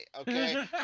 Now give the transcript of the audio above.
okay